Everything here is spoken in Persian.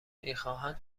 میخواهند